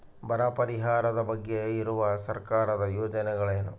ಬರ ಪರಿಹಾರದ ಬಗ್ಗೆ ಇರುವ ಸರ್ಕಾರದ ಯೋಜನೆಗಳು ಏನು?